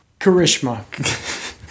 charisma